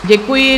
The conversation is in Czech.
Děkuji.